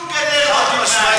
שום גדר לא תמנע את זה.